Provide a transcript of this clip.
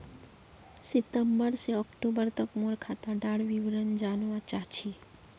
सितंबर से अक्टूबर तक मोर खाता डार विवरण जानवा चाहची?